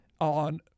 On